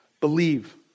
believe